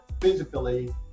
physically